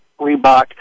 Reebok